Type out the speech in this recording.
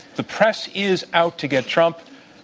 the press is out to get trump.